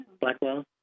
Blackwell